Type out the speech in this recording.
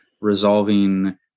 resolving